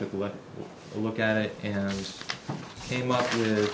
work look at it and came up with